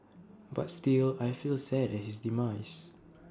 but still I feel sad at his demise